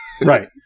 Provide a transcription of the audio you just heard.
Right